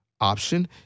option